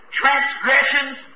transgressions